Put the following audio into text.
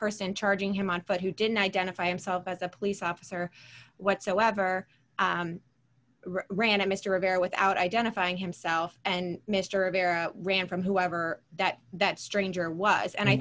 person charging him on foot who didn't identify himself as a police officer whatsoever ran at mr rivera without identifying himself and mr of ran from whoever that that stranger was and i